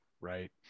right